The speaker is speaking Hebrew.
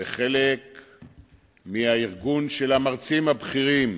וחלק מהארגון של המרצים הבכירים,